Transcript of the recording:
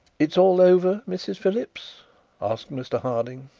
it's all over, mrs phillips asked mr harding.